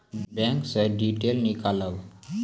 Bank से detail नीकालव?